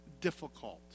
difficult